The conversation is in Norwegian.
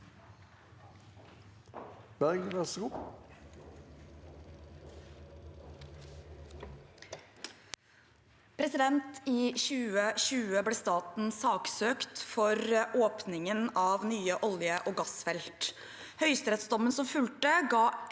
I 2020 ble staten saksøkt for åpningen av nye olje- og gassfelt. Høyesterettsdommen som fulgte, ga